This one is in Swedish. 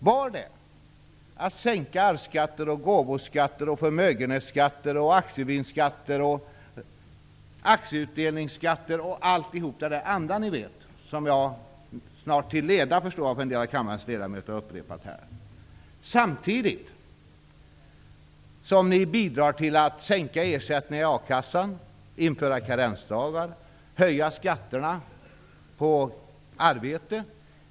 Var det att sänka arvsskatter, gåvoskatter, förmögenhetsskatter, aktievinstskatter, aktieutdelningsskatter och alla de andra skatter som jag snart till leda -- förstår jag av en del av kammarens ledamöter -- har upprepat? Samtidigt har ni medverkat till att sänka ersättningen i akassan, införa karensdagar och höja skatterna på arbete.